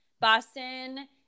Boston